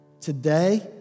today